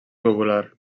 globular